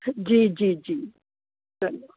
जी जी जी हलो